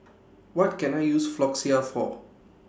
What Can I use Floxia For